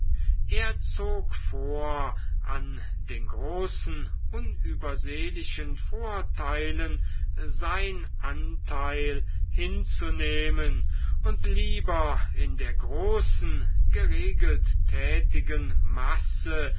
er zog vor an den großen unübersehlichen vorteilen sein anteil hinzunehmen und lieber in der großen geregelt tätigen masse